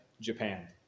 Japan